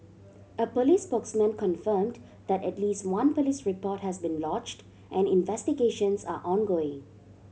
a police spokesman confirmed that at least one police report has been lodged and investigations are ongoing